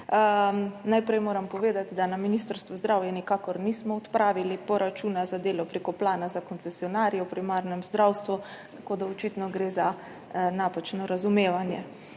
Najprej moram povedati, da na Ministrstvu za zdravje nikakor nismo odpravili poračuna za delo prek plana za koncesionarje v primarnem zdravstvu, tako da gre očitno za napačno razumevanje.